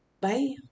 Bye